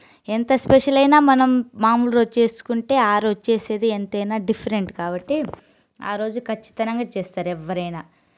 ఎంత స్పెషల్ అయినా మనం మామూలు రోజు చేసుకుంటే ఆరోజు చేసేది ఎంతైనా డిఫరెంట్ కాబట్టి ఆ రోజు ఖచ్చితంగా చేస్తారు ఎవరైనా